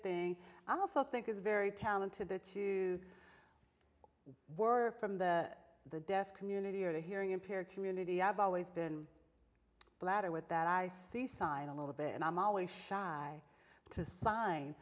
thing i also think is very talented or to work from the the deaf community or the hearing impaired community i've always been the latter with that i see sign a little bit and i'm always shy to sign